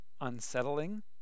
unsettling